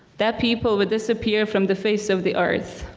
that people will disappear from the face of the earth.